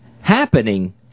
happening